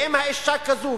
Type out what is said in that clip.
ואם האשה כזאת,